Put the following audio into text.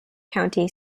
county